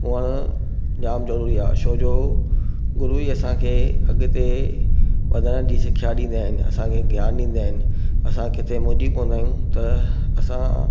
हुअणु जाम ज़रूरी आहे छोजो गुरु ई असांखे अॻिते वधण जी सिखिया ॾींदा आहिनि असांखे ज्ञान ॾींदा आहिनि असां किथे मुंझी पवंदा आहियूं त असां